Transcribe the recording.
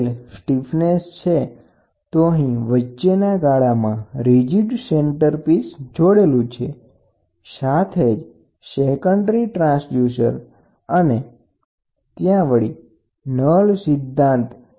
તો અહીં ટ્રાન્સડ્યુસરનો વચ્ચેનો ભાગ આવેલો છે બરાબર ત્યાં રીજીડ સેન્ટર પીસ આવેલું છે સેન્ટર પીસથી તેની સાથે જ ગૌણ ટ્રાન્સડ્યુસર જોડી શકો અને ત્યાં વળી નલશૂન્ય સિદ્ધાંત કે પછી સ્થાનાંતર સિદ્ધાંત વાપરી શકો